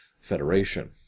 Federation